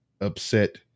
upset